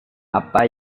apa